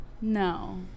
no